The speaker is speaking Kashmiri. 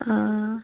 آ